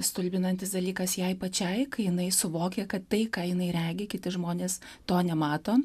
stulbinantis dalykas jai pačiai kai jinai suvokė kad tai ką jinai regi kiti žmonės to nemato